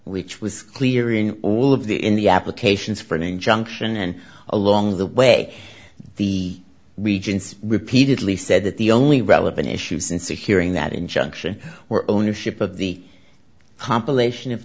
which was clear in all of the in the applications for an injunction and along the way the regents repeatedly said that the only relevant issue since a hearing that injunction or ownership of the compilation of